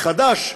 מחדש,